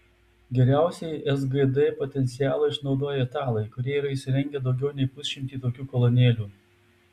geriausiai sgd potencialą išnaudoja italai kurie yra įsirengę daugiau nei pusšimtį tokių kolonėlių